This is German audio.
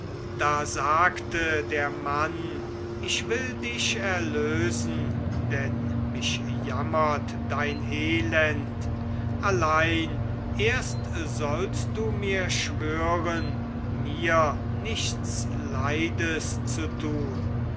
da sagte der mann ich will dich erlösen denn mich jammert dein elend allein erst sollst du mir schwören mir nichts leides zu tun